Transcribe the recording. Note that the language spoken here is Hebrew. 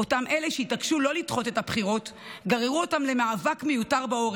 אותם אלה שהתעקשו לא לדחות את הבחירות גררו אותם למאבק מיותר בעורף,